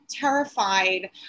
terrified